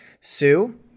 Sue